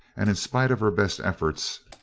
and in spite of her best efforts,